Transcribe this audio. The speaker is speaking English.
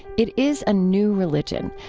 it is a new religion,